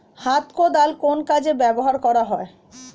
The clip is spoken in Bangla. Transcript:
হাত কোদাল কোন কাজে ব্যবহার করা হয়?